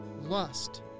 lust